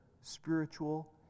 spiritual